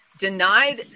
denied